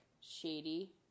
shady